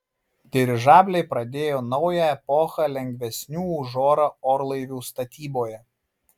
dirižabliai pradėjo naują epochą lengvesnių už orą orlaivių statyboje